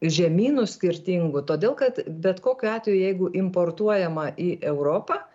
žemynų skirtingų todėl kad bet kokiu atveju jeigu importuojama į europą